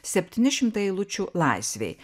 septyni šimtai eilučių laisvei